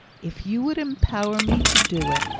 if you would empower me to do it,